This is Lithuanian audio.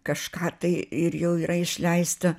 kažką tai ir jau yra išleista